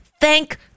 Thank